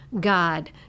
God